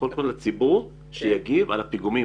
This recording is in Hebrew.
קול קורא לציבור שיגיב על הפיגומים,